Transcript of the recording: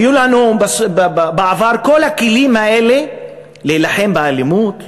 היו לנו בעבר כל הכלים האלה להילחם באלימות.